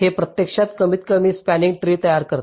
हे प्रत्यक्षात कमीतकमी स्पॅनिंग ट्री तयार करते